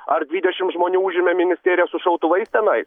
ar dvidešim žmonių užėmė ministeriją su šautuvais tenai